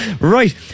right